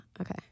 Okay